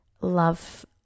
love